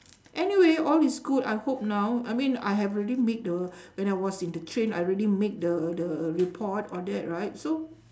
anyway all is good I hope now I mean I have already make the when I was in the train I already make the the report all that right so